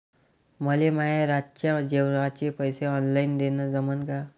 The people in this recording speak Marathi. मले माये रातच्या जेवाचे पैसे ऑनलाईन देणं जमन का?